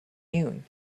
noon